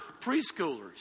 preschoolers